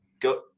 go